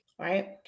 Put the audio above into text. Right